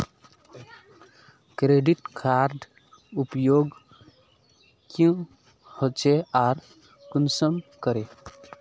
Credit कार्डेर उपयोग क्याँ होचे आर कुंसम करे?